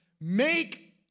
make